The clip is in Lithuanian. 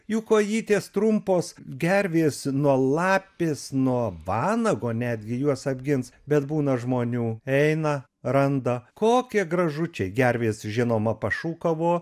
jų kojytės trumpos gervės nuo lapės nuo vanago netgi juos apgins bet būna žmonių eina randa kokie gražučiai gervės žinoma pašūkavo